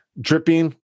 dripping